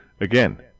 again